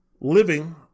living